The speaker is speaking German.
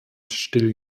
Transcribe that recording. still